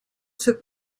took